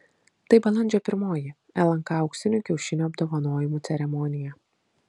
tai balandžio pirmoji lnk auksinių kiaušinių apdovanojimų ceremonija